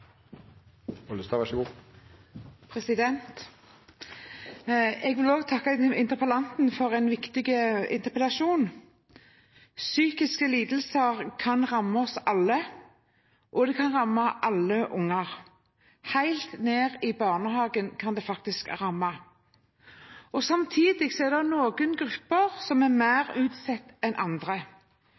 Jeg vil også takke interpellanten for en viktig interpellasjon. Psykiske lidelser kan ramme oss alle, og det kan ramme alle unger. Helt ned i barnehagen kan det faktisk ramme. Samtidig er det noen grupper som er mer utsatte enn andre.